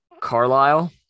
Carlisle